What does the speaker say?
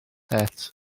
het